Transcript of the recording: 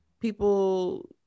people